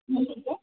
ಎಲ್ಲಿಗೆ